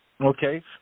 Okay